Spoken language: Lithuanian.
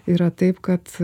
yra taip kad